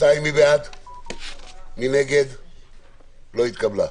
ההסתייגות לא התקבלה.